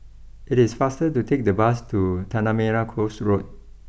it is faster to take the bus to Tanah Merah Coast Road